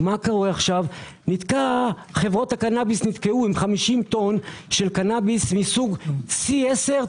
מה קורה עכשיו חברות הקנאביס נתקעו עם 50 טון של קנאביס מסוג C10,